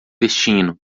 destino